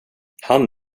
han